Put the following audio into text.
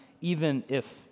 even-if